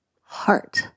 heart